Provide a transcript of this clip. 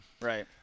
Right